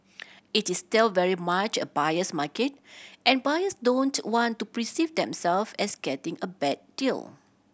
it is still very much a buyer's market and buyers don't want to themselves as getting a bad deal